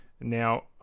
Now